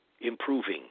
improving